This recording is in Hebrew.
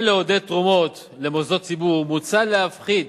לעודד תרומות למוסדות ציבור מוצע להפחית